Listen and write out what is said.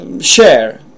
share